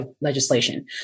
legislation